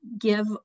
give